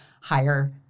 higher